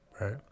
Right